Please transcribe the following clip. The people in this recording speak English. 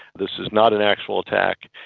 this is not an actual attack.